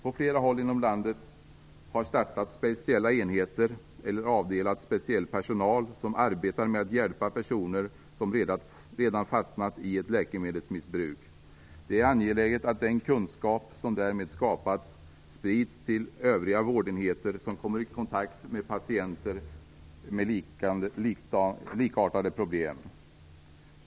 På flera håll inom landet har startats speciella enheter eller avdelats speciell personal som arbetar med att hjälpa personer som redan fastnat i ett läkemedelsmissbruk. Det är angeläget att den kunskap som därmed skapats sprids till övriga vårdenheter som kommer i kontakt med patienter med likartade problem.